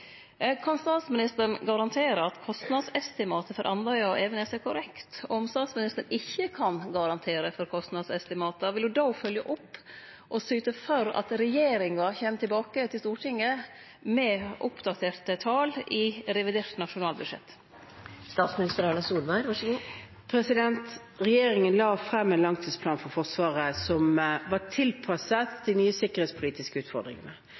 Kan statsministeren garantere at kostnadsestimatet for Andøya og Evenes er korrekt? Om statsministeren ikkje kan garantere for kostnadsestimatet, vil ho då følgje opp og syte for at regjeringa kjem tilbake til Stortinget med oppdaterte tal i revidert nasjonalbudsjett? Regjeringen la frem en langtidsplan for Forsvaret som var tilpasset de nye sikkerhetspolitiske utfordringene,